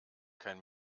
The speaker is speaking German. kein